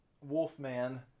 Wolfman